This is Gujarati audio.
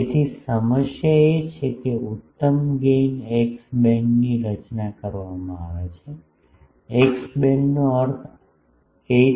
તેથી સમસ્યા એ છે કે ઉત્તમ ગેઇન એક્સ બેન્ડની રચના કરવામાં આવે છે એક્સ બેન્ડનો અર્થ 8